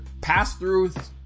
pass-throughs